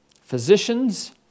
Physicians